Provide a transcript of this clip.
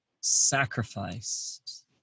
sacrificed